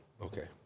Okay